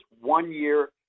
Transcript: one-year